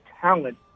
talent